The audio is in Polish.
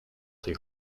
tej